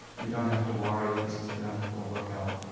we don't have to worry. this is going to all work out.